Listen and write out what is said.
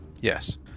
yes